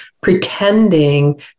pretending